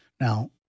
Now